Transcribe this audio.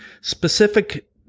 specific